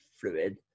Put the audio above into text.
fluid